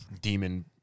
demon